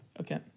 Okay